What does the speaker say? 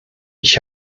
ich